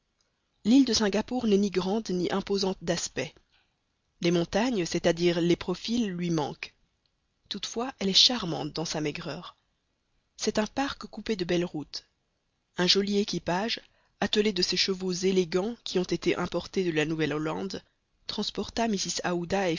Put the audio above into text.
l'île de singapore n'est ni grande ni imposante l'aspect les montagnes c'est-à-dire les profils lui manquent toutefois elle est charmante dans sa maigreur c'est un parc coupé de belles routes un joli équipage attelé de ces chevaux élégants qui ont été importés de la nouvelle-hollande transporta mrs